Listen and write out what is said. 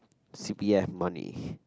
c_p_f money